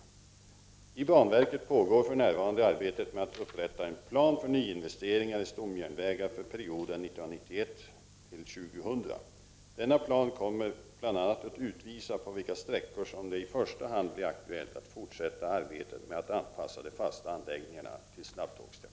28 november 1989 I banverket pågår för närvarande arbetet med att upprätta en plan förny= ZN investeringar i stomjärnvägar för perioden 1991-2000. Denna plan kommer bl.a. att utvisa på vilka sträckor det i första hand blir aktuellt att fortsätta arbetet med att anpassa de fasta anläggningarna till snabbtågstrafik.